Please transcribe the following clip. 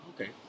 Okay